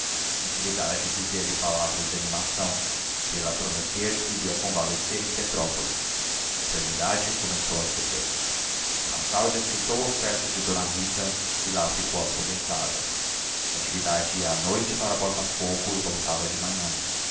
dor natividade dizia-lhe palavras de animação fê-la prometer que iria convalescer em petrópolis a enfermidade começou a ceder d cláudia aceitou a oferta de d rita e lá ficou aposentada natividade ia à noite para botafogo e voltava de manhã